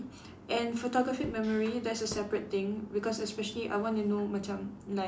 and photographic memory that's a separate thing because especially I want to know macam like